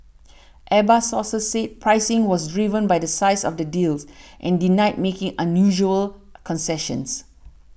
airbus sources said pricing was driven by the size of the deals and denied making unusual concessions